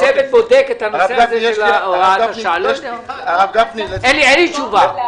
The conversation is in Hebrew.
הצוות בודק את הנושא הזה של --- הרב גפני --- אין לי תשובה.